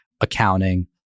accounting